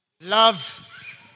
Love